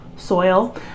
soil